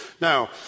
Now